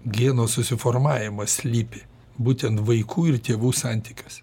geno susiformavimas slypi būtent vaikų ir tėvų santykiuose